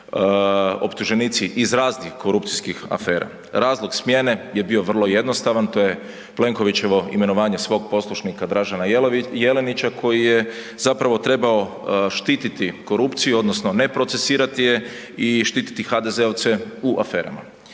optuženici iz raznih korupcijskih afera. Razlog smjene je bio vrlo jednostavan, to je Plenkovićevo imenovanje svog poslušnika Dražena Jelenića koji je zapravo trebao štititi korupciju odnosno ne procesuirati je i štititi HDZ-ovce u aferama.